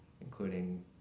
including